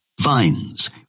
Vines